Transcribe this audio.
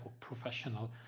professional